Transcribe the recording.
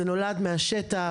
זה נולד מהשטח.